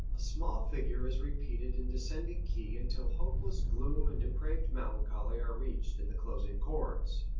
a small figure is repeated in descending keys until hopeless gloom and depraved melancholy are reached in the closing chords.